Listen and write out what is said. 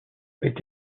est